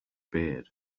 beard